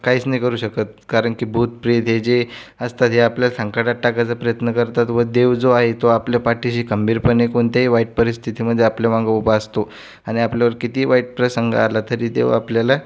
काहीच नाही करू शकत कारण की भूत प्रेत हे जे असतात हे आपल्याला संकटात टाकायचा प्रयत्न करतात व देव जो आहे तो आपल्या पाठीशी खंबीरपणे कोणत्याही वाईट परिस्थितीमध्ये आपल्या मागं उभा असतो आणि आपल्यावर कितीही वाईट प्रसंग आला तरी देव आपल्याला